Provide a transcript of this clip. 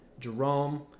Jerome